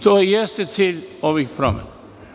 To i jeste cilj ovih promena.